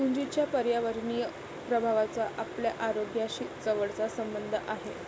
उंचीच्या पर्यावरणीय प्रभावाचा आपल्या आरोग्याशी जवळचा संबंध आहे